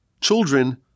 children